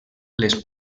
les